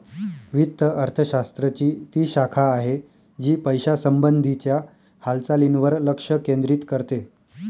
वित्त अर्थशास्त्र ची ती शाखा आहे, जी पैशासंबंधी च्या हालचालींवर लक्ष केंद्रित करते